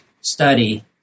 study